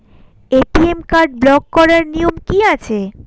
ATM card block করার নিয়ম কি আছে?